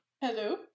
Hello